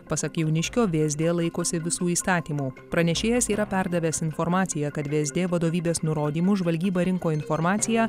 pasak jauniškio vsd laikosi visų įstatymų pranešėjas yra perdavęs informaciją kad vsd vadovybės nurodymu žvalgyba rinko informaciją